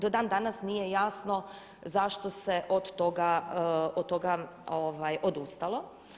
Do dan danas nije jasno zašto se od toga odustalo.